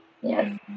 Yes